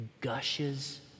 gushes